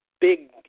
big